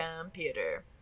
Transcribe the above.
computer